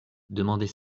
demander